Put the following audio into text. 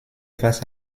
face